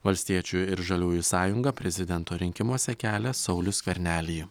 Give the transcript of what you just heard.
valstiečių ir žaliųjų sąjunga prezidento rinkimuose kelia saulių skvernelį